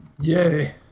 Yay